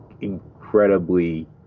incredibly